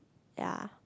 ya